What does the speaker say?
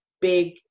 big